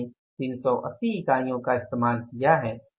हमने 380 इकाइयों का इस्तेमाल किया है